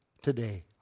today